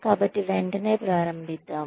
కాబట్టి వెంటనే ప్రారంభిద్దాం